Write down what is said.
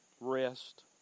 rest